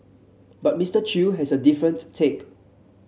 but Mister Chew has a different take